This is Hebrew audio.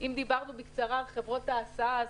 אם דיברנו בקצרה על חברות ההסעה,